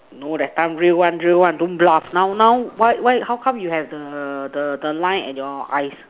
no that time real one real one don't bluff now now why why how come you have the the the lines at your eyes